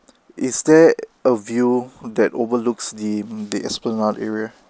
is there a view that overlooks the the esplanade area